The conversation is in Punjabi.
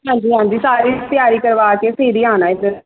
ਹਾਂਜੀ ਹਾਂਜੀ ਸਾਰੀ ਤਿਆਰੀ ਕਰਵਾ ਕੇ ਫਿਰ ਹੀ ਆਉਣਾ ਇੱਧਰ